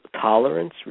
tolerance